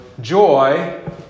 joy